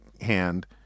hand